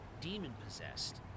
demon-possessed